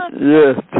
Yes